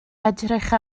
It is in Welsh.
edrych